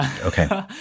Okay